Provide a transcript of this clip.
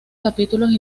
capítulos